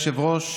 אדוני היושב-ראש,